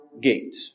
gate